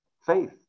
faith